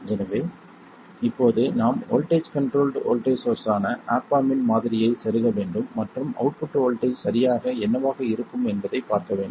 எனவே இப்போது நாம் வோல்ட்டேஜ் கண்ட்ரோல்ட் வோல்ட்டேஜ் சோர்ஸ் ஆன ஆப் ஆம்ப் இன் மாதிரியைச் செருக வேண்டும் மற்றும் அவுட்புட் வோல்ட்டேஜ் சரியாக என்னவாக இருக்கும் என்பதைப் பார்க்க வேண்டும்